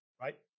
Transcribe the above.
right